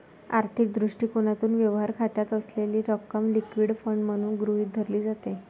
आर्थिक दृष्टिकोनातून, व्यवहार खात्यात असलेली रक्कम लिक्विड फंड म्हणून गृहीत धरली जाते